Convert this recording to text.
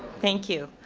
thank you.